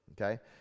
Okay